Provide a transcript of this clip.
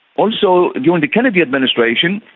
also during the kennedy administration,